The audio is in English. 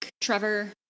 Trevor